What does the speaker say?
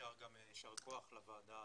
יישר כוח לוועדה,